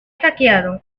saqueado